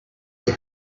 your